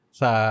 sa